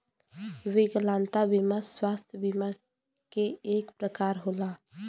विकलागंता बिमा स्वास्थ बिमा के एक परकार होला